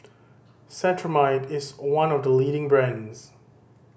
Cetrimide is one of the leading brands